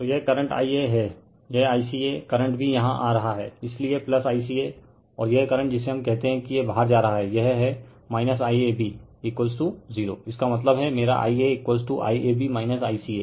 तो यह current Ia हैं यह ICA करंट भी यहाँ आ रहा है इसलिए ICA और यह करंट जिसे हम कहते हैं कि यह बाहर जा रहा है यह है IAB 0 इसका मतलब है मेरा Ia IAB ICA